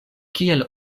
kiel